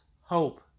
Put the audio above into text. hope